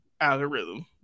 algorithm